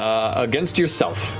against yourself,